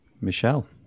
michelle